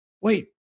wait